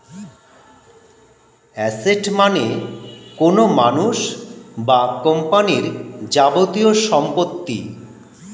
asset মানে কোনো মানুষ বা কোম্পানির যাবতীয় সম্পত্তি